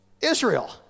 Israel